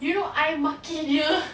you know I maki dia